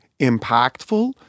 impactful